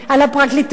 על הפרקליטות,